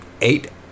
eight